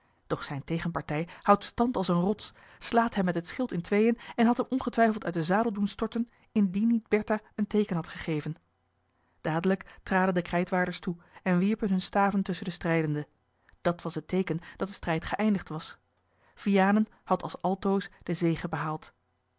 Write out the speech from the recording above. doch zijne tegenpartij houdt stand als eene rots slaat hem het schild in tweeën en had hem ongetwijfeld uit den zadel doen storten indien niet bertha een teeken had gegeven dadelijk traden de krijtwaarders toe en wierpen hunne staven tusschen de strijdenden dat was het teeken dat de strijd geëindigd was vianen had als altoos de zege behaald